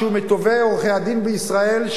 שהוא מטובי עורכי-הדין בישראל,